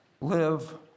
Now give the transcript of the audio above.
live